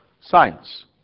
science